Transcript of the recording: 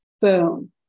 boom